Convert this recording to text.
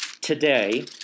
today